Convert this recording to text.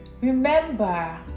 remember